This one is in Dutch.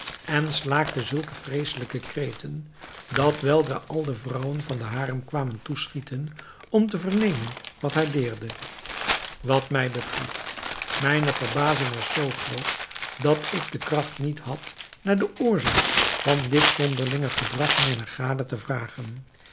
en slaakte zulke vreeselijke kreten dat weldra al de vrouwen van den harem kwamen toeschieten om te vernemen wat haar deerde wat mij betreft mijne verbazing was zoo groot dat ik de kracht niet had naar de oorzaak van dit zonderlinge gedrag mijner gade te vragen